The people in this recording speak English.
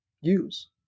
use